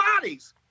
bodies